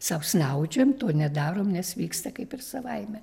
sau snaudžiam to nedarom nes vyksta kaip ir savaime